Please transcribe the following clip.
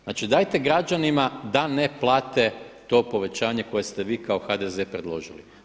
Znači dajte građanima da ne plate to povećanje koje ste vi kao HDZ predložili.